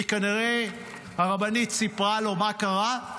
כנראה הרבנית סיפרה לו מה קרה,